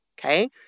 Okay